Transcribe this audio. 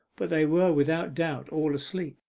but they were without doubt all asleep.